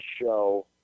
show